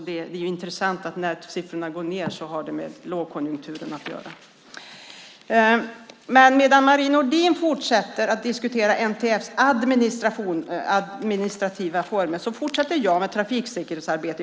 Det är intressant att när siffrorna går ned har det med lågkonjunkturen att göra. Medan Marie Nordén fortsätter diskutera NTF:s administrativa former fortsätter jag med trafiksäkerhetsarbetet.